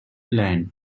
midland